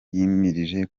yimirije